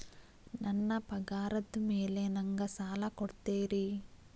ನನ್ನ ಪಗಾರದ್ ಮೇಲೆ ನಂಗ ಸಾಲ ಕೊಡ್ತೇರಿ?